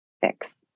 fix